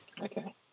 Okay